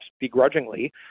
begrudgingly